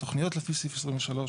תוכניות לפי סעיף 23,